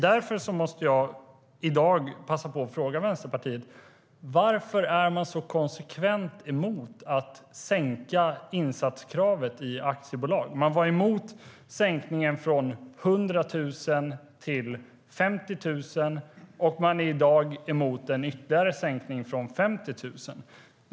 Därför måste jag fråga Vänsterpartiet varför man är så konsekvent emot att sänka insatskravet i aktiebolag. Man var emot sänkningen från 100 000 till 50 000, och man är i dag emot en ytterligare sänkning från 50 000.